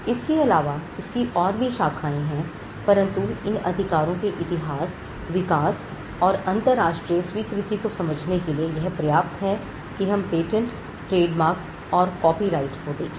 इसके अलावा इसकी और भी शाखाएं हैं परंतु इन अधिकारों के इतिहास विकास और अंतरराष्ट्रीय स्वीकृति को समझने के लिए यह पर्याप्त है कि हम पेटेंट ट्रेडमार्क और कॉपीराइट को देखें